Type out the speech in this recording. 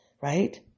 Right